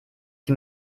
die